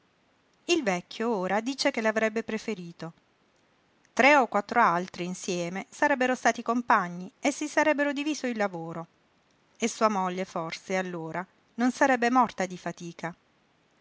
il vecchio ora dice che l'avrebbe preferito tre o quattro altri insieme sarebbero stati compagni e si sarebbero diviso il lavoro e sua moglie forse allora non sarebbe morta di fatica